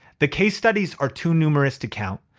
the case studies are too numerous to count.